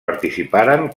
participaren